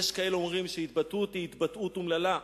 יש כאלה שאומרים שההתבטאות היא התבטאות אומללה.